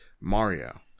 Mario